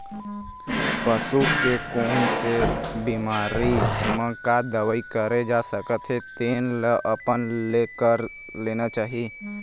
पसू के कोन से बिमारी म का दवई करे जा सकत हे तेन ल अपने ले कर लेना चाही